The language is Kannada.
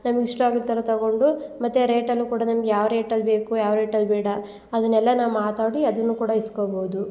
ನಮ್ಗೆ ಇಷ್ಟ ಆಗೋ ಥರ ತಗೊಂಡು ಮತ್ತು ರೇಟಲ್ಲೂ ಕೂಡ ನಮ್ಗೆ ಯಾವ ರೇಟಲ್ಲಿ ಬೇಕು ಯಾವ ರೇಟಲ್ಲಿ ಬೇಡ ಅದನ್ನೆಲ್ಲ ನಾವು ಮಾತಾಡಿ ಅದನ್ನು ಕೂಡ ಇಸ್ಕೊಬೋದು